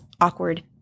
awkward